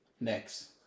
next